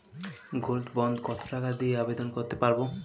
Gold bond কত টাকা দিয়ে আবেদন করতে পারবো?